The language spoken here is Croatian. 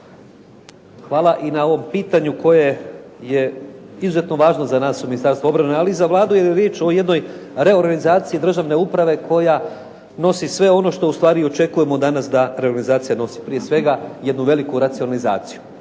Hvala i na ovom pitanju koje je izuzetno važno za nas u Ministarstvu obrane, ali i za Vladu jer je riječ o jednoj reorganizaciji državne uprave koja nosi sve ono što ustvari i očekujemo danas da reorganizacija nosi. Prije svega jednu veliku racionalizaciju.